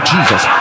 Jesus